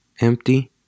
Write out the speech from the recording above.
empty